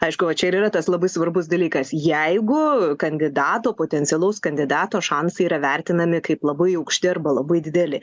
aišku va čia ir yra tas labai svarbus dalykas jeigu kandidato potencialaus kandidato šansai yra vertinami kaip labai aukšti arba labai dideli